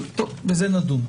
אבל טוב, בזה נדון.